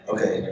Okay